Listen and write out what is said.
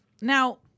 Now